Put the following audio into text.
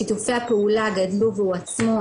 שיתופי הפעולה גדלו והתעצמו,